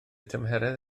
tymheredd